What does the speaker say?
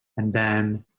and then